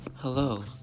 Hello